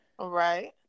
Right